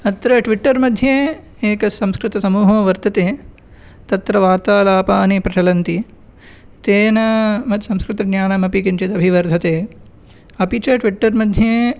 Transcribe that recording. अत्र ट्विट्टर् मध्ये एकस्संस्कृतसमूहो वर्तते तत्र वार्तालापानि प्रचलन्ति तेन मत् संस्स्कृतज्ञानमपि किञ्चिदभिवर्धते अपि च ट्विट्टर् मध्ये